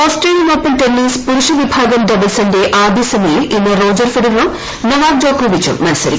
Australian Open tennis പുരുഷവിഭാഗം ഡബിൾസിന്റെ ആദ്യ സെമിയിൽ ഇന്ന് റോജർ ഫെഡററും നൊവാക് ജോക്കോവിച്ചും മത്സരിക്കും